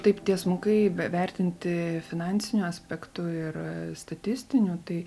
taip tiesmukai bevertinti finansiniu aspektu ir statistiniu tai